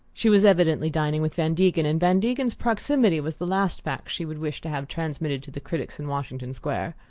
she was evidently dining with van degen, and van degen's proximity was the last fact she would wish to have transmitted to the critics in washington square.